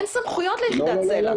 אין סמכויות ליחידת סלע.